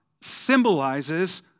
symbolizes